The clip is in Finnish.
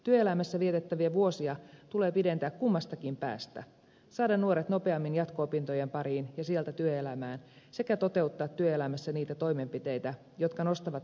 työelämässä vietettäviä vuosia tulee pidentää kummastakin päästä saada nuoret nopeammin jatko opintojen pariin ja sieltä työelämään sekä toteuttaa työelämässä niitä toimenpiteitä jotka nostavat eläkkeellesiirtymisikää